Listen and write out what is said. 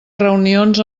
reunions